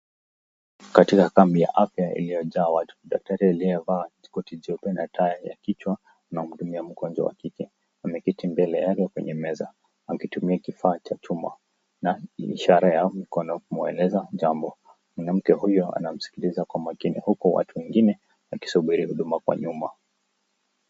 Katika kambi ya afya iliyojaa watu, daktari aliyevaa koti jeupe na taya ya kichwa anamhudumia mgonjwa wa kike. Ameketi mbele yake kwenye meza akitumia kifaa cha chuma na ishara ya mikono kumweleza jambo. Mwanamke huyo anamsikiliza kwa makini huku watu wengine wakisubiri huduma kwa nyuma.